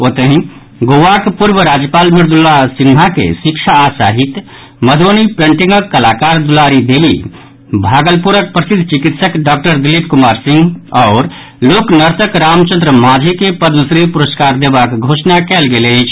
ओतहि गोवाक पूर्व राज्पाल मृदुला सिन्हा के शिक्षा आ साहित्य मधुवनी पेंटिंगक कलाकार दुलारी देवी भागलपुरक प्रसिद्ध चिकित्सक डॉक्टर दिलीप कुमार सिंह आओर लोक नर्तक रामचन्द्र मांझी के पद्मश्री पुरस्कार देवाक घोषणा कयल गेल अछि